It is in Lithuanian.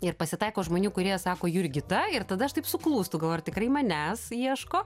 ir pasitaiko žmonių kurie sako jurgita ir tada aš taip suklūstu galvoju ar tikrai manęs ieško